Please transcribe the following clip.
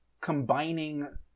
combining